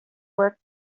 work